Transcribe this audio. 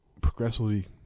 progressively